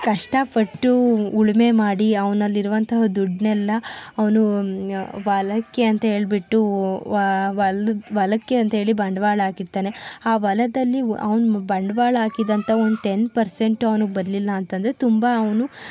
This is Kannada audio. ಕಷ್ಟಪಟ್ಟು ಉಳುಮೆ ಮಾಡಿ ಅವನಲ್ಲಿರುವಂತಹ ದುಡ್ಡನ್ನೆಲ್ಲ ಅವನು ಹೊಲಕ್ಕೆಂತ ಹೇಳ್ಬಿಟ್ಟು ಹೊಲದ ಹೊಲಕ್ಕೆ ಅಂತ ಹೇಳಿ ಬಂಡವಾಳ ಹಾಕಿರ್ತಾನೆ ಆ ಹೊಲದಲ್ಲಿ ಅವ್ನು ಬಂಡವಾಳ ಹಾಕಿದಂಥ ಒಂದು ಟೆನ್ ಪರ್ಸೆಂಟ್ ಅವ್ನಿಗೆ ಬರ್ಲಿಲ್ಲಾಂತಂದರೆ ತುಂಬ ಅವನು